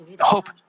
hope